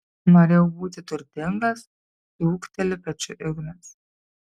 norėjau būti turtingas trūkteli pečiu ignas